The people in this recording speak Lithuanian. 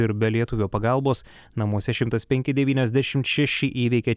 ir be lietuvio pagalbos namuose šimtas penki devyniasdešimt šeši įveikė